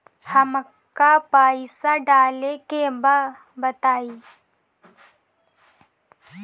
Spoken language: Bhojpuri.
हमका पइसा डाले के बा बताई